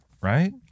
right